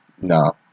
no